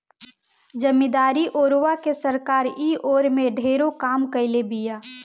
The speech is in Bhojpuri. जमीदारी ओरवा के सरकार इ ओर में ढेरे काम कईले बिया